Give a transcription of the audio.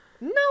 No